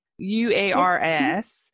UARS